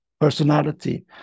personality